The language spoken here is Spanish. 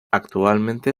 actualmente